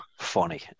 funny